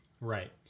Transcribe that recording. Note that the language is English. Right